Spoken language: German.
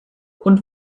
und